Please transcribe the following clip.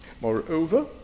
Moreover